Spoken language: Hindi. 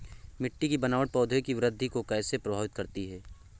मिट्टी की बनावट पौधों की वृद्धि को कैसे प्रभावित करती है?